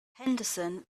henderson